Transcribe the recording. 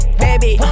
baby